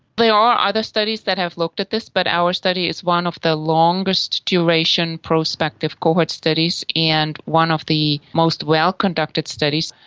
there are other studies that have looked at this but our study is one of the longest duration prospective cohort studies and one of the most well conducted studies.